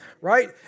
right